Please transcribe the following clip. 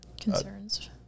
concerns